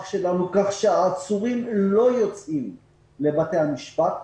שלנו כך שהעצורים לא יוצאים לבתי המשפט.